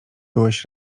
byłeś